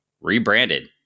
rebranded